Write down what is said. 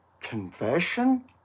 Confession